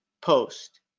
post